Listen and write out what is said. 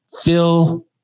Fill